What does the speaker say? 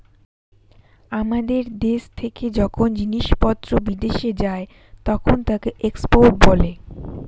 আমাদের দেশ থেকে যখন জিনিসপত্র বিদেশে যায় তখন তাকে এক্সপোর্ট বলে